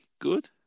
good